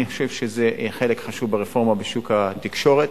אני חושב שזה חלק חשוב ברפורמה בשוק התקשורת,